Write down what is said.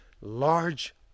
large